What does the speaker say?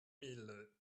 mille